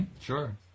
Sure